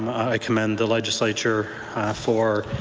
i commend the legislature for